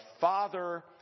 Father